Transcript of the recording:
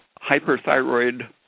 hyperthyroid